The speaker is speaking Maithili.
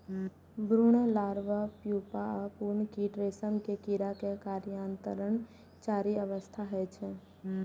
भ्रूण, लार्वा, प्यूपा आ पूर्ण कीट रेशम के कीड़ा के कायांतरणक चारि अवस्था होइ छै